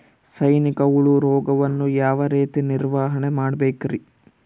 ಸೈನಿಕ ಹುಳು ರೋಗವನ್ನು ಯಾವ ರೇತಿ ನಿರ್ವಹಣೆ ಮಾಡಬೇಕ್ರಿ?